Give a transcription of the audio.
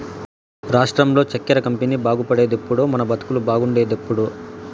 రాష్ట్రంలో చక్కెర కంపెనీ బాగుపడేదెప్పుడో మన బతుకులు బాగుండేదెప్పుడో